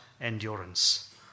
endurance